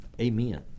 Amen